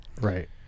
Right